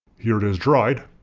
here it is dried.